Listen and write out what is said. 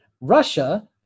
Russia